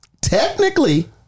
technically